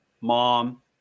mom